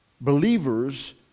believers